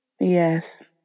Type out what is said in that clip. Yes